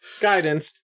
Guidance